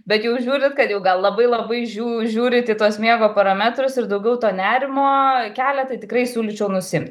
bet jau žiūrit kad jau gal labai labai žiū žiūrit į tuos miego parametrus ir daugiau to nerimo kelia tai tikrai siūlyčiau nusimt